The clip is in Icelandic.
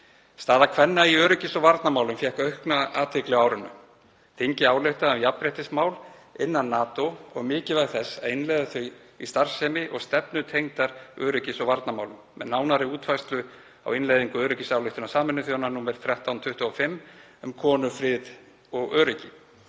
Staða kvenna í öryggis- og varnarmálum fékk aukna athygli á árinu. Þingið ályktaði um jafnréttismál innan NATO og mikilvægi þess að innleiða þau í starfsemi og stefnur tengdar öryggis- og varnarmálum með nánari útfærslu á innleiðingu öryggisályktunar Sameinuðu þjóðanna nr. 1325 um konur, frið og öryggi.